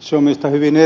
se on minusta hyvin erikoinen ratkaisu